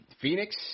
Phoenix